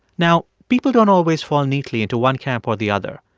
now, people don't always fall neatly into one camp or the other.